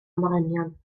morynion